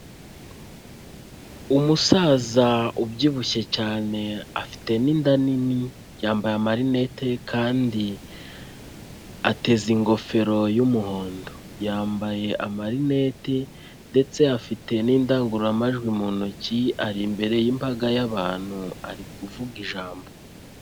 Umusaza ubyibushye cyane afite n'inda nini yambaye amarinete kandi ateze ingofero y'umuhondo, yambaye amarineti ndetse afite n'indangururamajwi mu ntoki ari imbere y'imbaga y'abantu ari kuvuga ijambo.